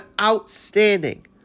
outstanding